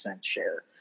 share